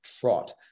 trot